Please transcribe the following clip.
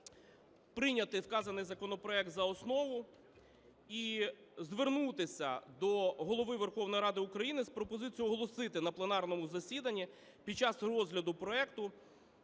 прийняти вказаний законопроект за основу і звернутися до Голови Верховної Ради України з пропозицією оголосити на пленарному засіданні під час розгляду проекту